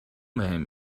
بهم